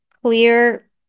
Clear